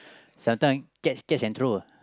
sometime catch catch and throw ah